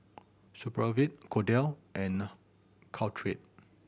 Supravit Kordel' and Caltrate